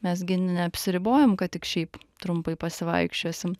mes gi neapsiribojam kad tik šiaip trumpai pasivaikščiosim